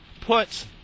put